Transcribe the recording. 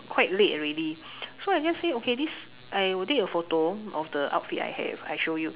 quite late already so I just say okay this I will take a photo of the outfit I have I show you